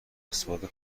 استفاده